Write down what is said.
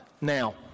Now